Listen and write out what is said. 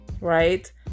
right